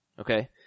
Okay